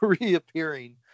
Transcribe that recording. reappearing